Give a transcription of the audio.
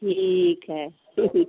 ठीक है ठीक